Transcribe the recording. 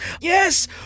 Yes